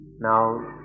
Now